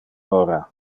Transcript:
ora